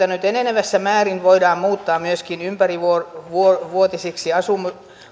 nyt enenevässä määrin voidaan muuttaa myöskin ympärivuotisiksi asunnoiksi